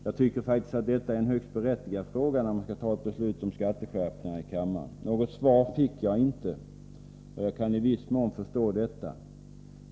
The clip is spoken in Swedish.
Jag tycker faktiskt att detta är en högst berättigad fråga, när man skall fatta ett beslut om skatteskärpningar här i kammaren. Något svar fick jag inte, och jag kan i viss mån förstå detta.